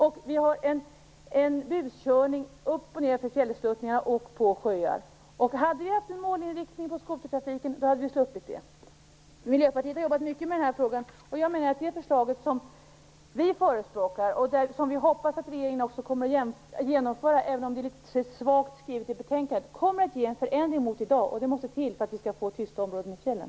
Vi har också en buskörning upp och ned för fjällsluttningar och på sjöar. Hade vi haft en målinriktning för skotertrafiken hade vi sluppit det. Miljöpartiet har jobbat mycket med den här frågan, och jag menar att det förslag som vi förespråkar, och som vi hoppas att regeringen också kommer att genomföra - även om det är litet svagt skrivet i betänkandet - kommer att ge en förändring jämfört med i dag. Det måste till för att vi skall få tysta områden i fjällen.